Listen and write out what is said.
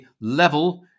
level